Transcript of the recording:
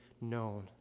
known